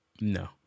No